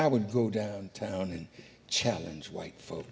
i would go down town and challenge white folk